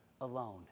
alone